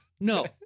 No